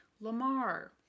Lamar